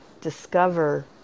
discover